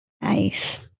Nice